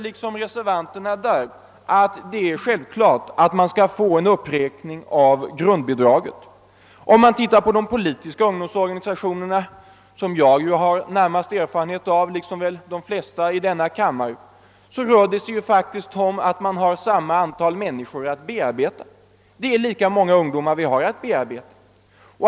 Liksom reservanterna tycker jag att en uppräkning av detta grundbidrag är självklar. Ser man på de politiska ungdomsorganisationerna — som jag liksom väl de flesta i denna kammare har mest erfarenheter av — så gäller där samma sak: de har ett lika stort antal människor att bearbeta.